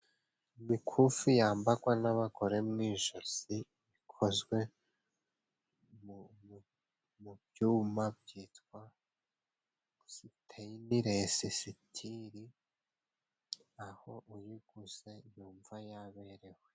Imikufi yambagwa n'abagore mu ijosi bikozwe mu byuma byitwa siteyinilesisitiri, aho uyiguze yumva yaberewe.